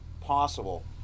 possible